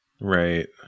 Right